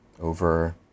over